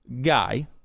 guy